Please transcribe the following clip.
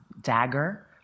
dagger